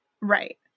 Right